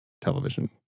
television